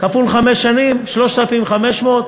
כפול חמש שנים זה 3,500 שקל.